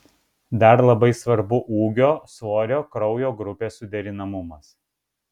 dar labai svarbu ūgio svorio kraujo grupės suderinamumas